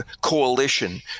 coalition